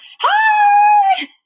Hi